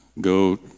go